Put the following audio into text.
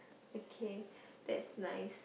okay that's nice